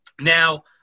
Now